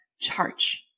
charge